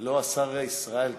לא, השר ישראל כץ.